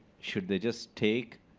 should they just take